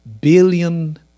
billion